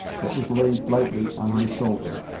that was laid lightly on her shoulder.